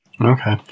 Okay